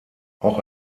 auch